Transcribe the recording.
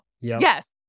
yes